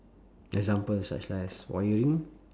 example such li~ as wiring